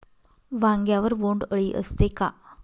वांग्यावर बोंडअळी असते का?